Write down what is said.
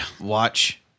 watch